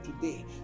today